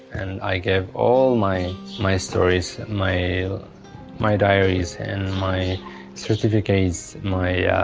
and i gave all my my stories, my my diaries my certificates, my, yeah